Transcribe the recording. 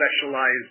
specialized